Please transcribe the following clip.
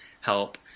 help